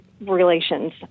relations